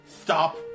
Stop